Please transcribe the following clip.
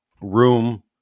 room